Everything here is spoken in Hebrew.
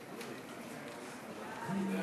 חוק